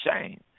shame